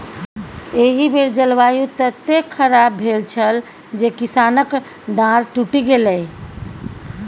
एहि बेर जलवायु ततेक खराप भेल छल जे किसानक डांर टुटि गेलै